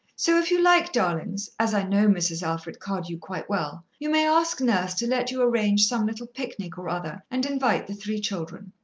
so if you like, darlings, as i know mrs. alfred cardew quite well, you may ask nurse to let you arrange some little picnic or other and invite the three children.